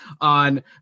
on